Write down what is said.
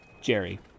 Jerry